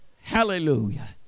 Hallelujah